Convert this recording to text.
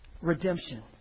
redemption